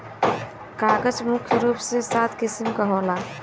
कागज मुख्य रूप से सात किसिम क होला